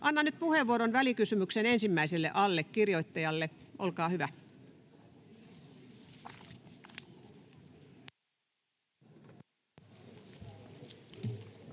Annan nyt puheenvuoron välikysymyksen ensimmäiselle allekirjoittajalle. Olkaa hyvä.